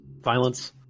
Violence